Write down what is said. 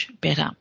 better